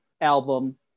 album